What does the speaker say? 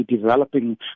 developing